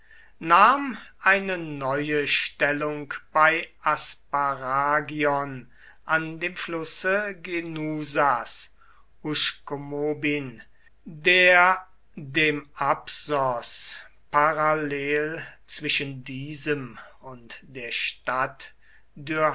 nahm eine neue stellung bei asparagion an dem flusse genusas uschkomobin der dem apsos parallel zwischen diesem und der stadt